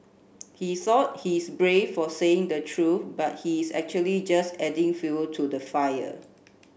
he thought he's brave for saying the truth but he's actually just adding fuel to the fire